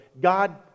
God